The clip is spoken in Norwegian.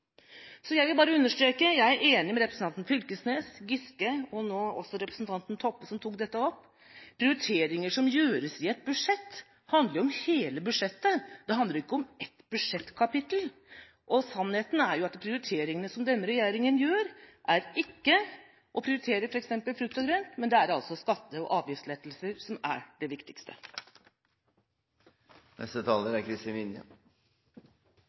Så jeg vil bare understreke: Jeg er enig med representantene Knag Fylkesnes, Giske og Toppe, som tok dette opp. Prioriteringer som gjøres i et budsjett, handler om hele budsjettet. Det handler ikke om ett budsjettkapittel. Sannheten er jo at prioriteringene som denne regjeringa gjør, er ikke å prioritere f.eks. frukt og grønt, men det er skatte- og avgiftslettelser som er det